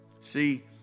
See